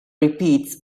repeats